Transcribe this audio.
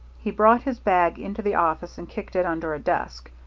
he brought his bag into the office and kicked it under a desk,